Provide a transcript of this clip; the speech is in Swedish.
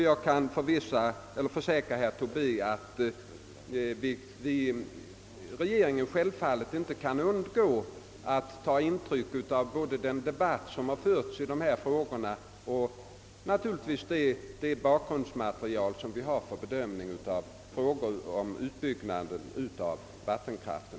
Jag kan försäkra herr Tobé att vi i regeringen självfallet inte kan undgå att ta intryck både av den debatt som förts i dessa frågor och — naturligtvis — det bakgrundsmaterial vi har för bedömning av exempelvis frågor om utbyggnad av vattenkraften.